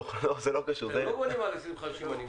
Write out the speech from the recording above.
אתם לא בונים על 2050 אני מקווה?